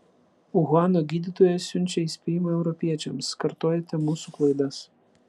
uhano gydytojai siunčia įspėjimą europiečiams kartojate mūsų klaidas